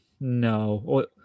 no